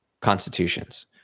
constitutions